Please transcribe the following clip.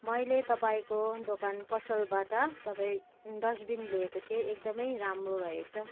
मैले तपाईँको दोकान पसलबाट तपाईँ डस्टबिन लिएको थिएँ एकदमै राम्रो रहेछ